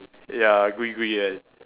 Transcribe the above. ya gui gui I